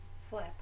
slip